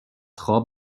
خواب